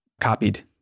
copied